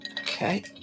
okay